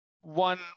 one